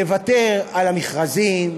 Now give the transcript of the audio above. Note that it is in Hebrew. לוותר על המכרזים,